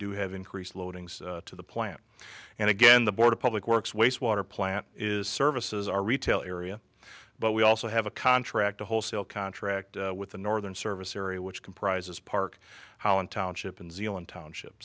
do have increased loadings to the plant and again the board of public works wastewater plant is services our retail area but we also have a contract a wholesale contract with the northern service area which comprises park how in town ship in zealand township